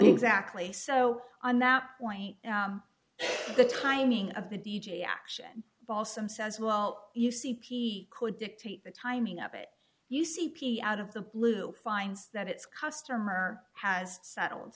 exactly so on that point the timing of the d j action balsam says well you see p could dictate the timing of it you see p out of the blue finds that its customer has settled